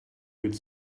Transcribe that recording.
with